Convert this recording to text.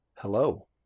Hello